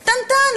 קטנטן,